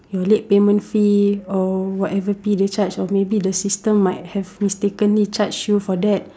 your late payment fee or whatever fee they charge or maybe the system might have mistakenly charged you for that